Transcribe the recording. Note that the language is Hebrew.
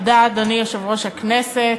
אדוני יושב-ראש הכנסת,